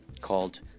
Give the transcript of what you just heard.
called